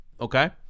Okay